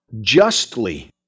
justly